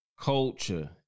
culture